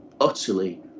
utterly